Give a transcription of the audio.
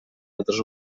altres